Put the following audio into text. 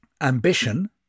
Ambition